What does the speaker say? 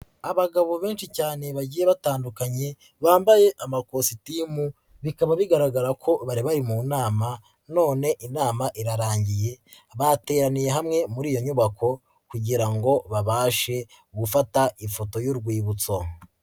Abagabo benshi cyane bagiye batandukanye bambaye amakositimu bikaba bigaragara ko bari bari mu inama none inama irarangiye. Bateraniye hamwe muri iyo nyubako kugira ngo babashe gufata ifoto y'urwibutso.